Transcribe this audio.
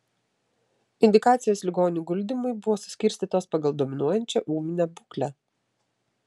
indikacijos ligonių guldymui buvo suskirstytos pagal dominuojančią ūminę būklę